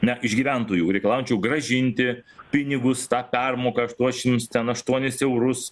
na iš gyventojų reikalauti grąžinti pinigus tą permoką aštuoešims ten aštuonis eurus